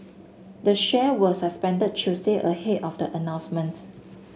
the shares were suspended Tuesday ahead of the announcement